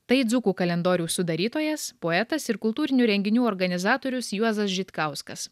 tai dzūkų kalendoriaus sudarytojas poetas ir kultūrinių renginių organizatorius juozas žitkauskas